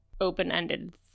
open-ended